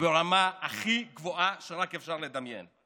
ברמה הכי גבוהה שרק אפשר לדמיין,